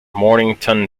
mornington